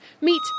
Meet